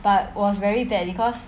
but was very bad because